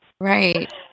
Right